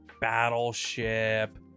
battleship